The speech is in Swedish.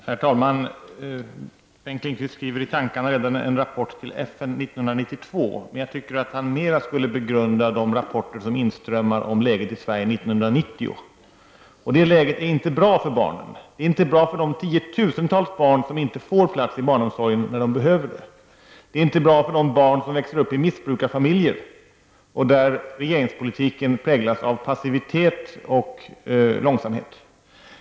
Herr talman! Bengt Lindqvist skriver redan i tankarna en rapport till FN 1992, men jag tycker att han mera skulle begrunda de rapporter om läget i Sverige 1990 som inströmmar. Det läget är inte bra för barnen. Det är inte bra för de tiotusentals barn som inte får plats i barnomsorgen när de behöver det. Det är inte bra för de barn som växer upp i missbrukarfamiljer. Regeringspolitiken präglas här av passivitet och långsamhet.